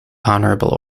honourable